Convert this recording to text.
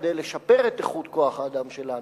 כדי לשפר את איכות כוח האדם שלנו,